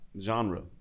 genre